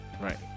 right